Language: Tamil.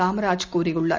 காமராஜ் கூறியுள்ளார்